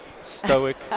stoic